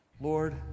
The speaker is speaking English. Lord